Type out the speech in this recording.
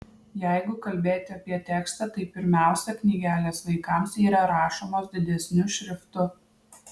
jeigu kalbėti apie tekstą tai pirmiausia knygelės vaikams yra rašomos didesniu šriftu